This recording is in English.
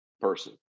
person